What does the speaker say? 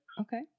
Okay